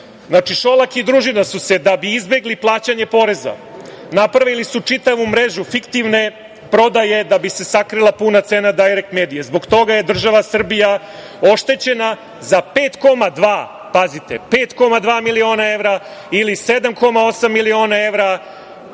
Šolak i družina su, da bi izbegli plaćanje poreza, napravili čitavu mrežu fiktivne prodaje da bi se sakrila puna cena „Dajrekt medije“. Zbog toga je država Srbija oštećena za 5,2, pazite, 5,2 miliona evra ili 7,8 miliona evra